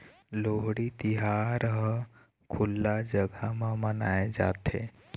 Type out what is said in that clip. लोहड़ी तिहार ह खुल्ला जघा म मनाए जाथे